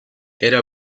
era